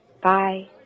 Bye